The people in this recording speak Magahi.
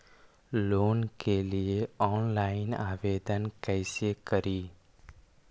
लोन के लिये ऑनलाइन आवेदन कैसे करि?